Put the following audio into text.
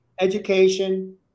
education